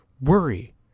worry